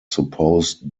supposed